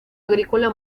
agrícola